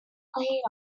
played